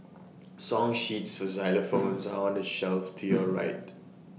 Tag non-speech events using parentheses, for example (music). song sheets for xylophones are on the shelf to your right (noise)